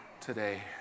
today